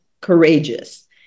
courageous